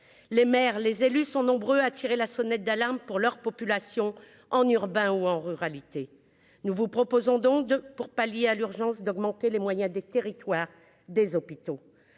les maires, les élus sont nombreux à tirer la sonnette d'alarme pour leur population en urbain ou en ruralité nous vous proposons donc de pour pallier à l'urgence d'augmenter les moyens des territoires, des hôpitaux,